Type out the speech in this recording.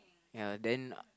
ya then